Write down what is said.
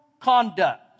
conduct